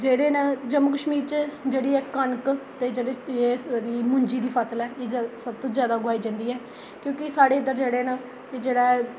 जेह्ड़े न जम्मू कशमीर च जेह्ड़े ऐ कनक जेह्ड़ी मुंजी दी फसल ऐ एह् सब तू जादै उगाई जंदी ऐ क्योंकि साढ़े इद्धर जेह्ड़े न जेह्ड़ा ऐ